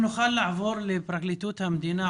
אני רוצה לעבור לפרקליטות המדינה,